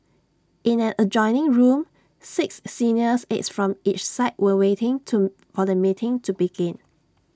in an adjoining room six senior aides from each side were waiting to for the meeting to begin